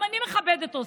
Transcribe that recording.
גם אני מכבדת אותו,